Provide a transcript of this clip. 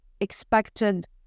expected